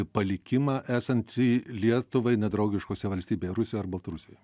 palikimą esantį lietuvai ne draugiškose valstybėje rusijoj ar baltarusijoj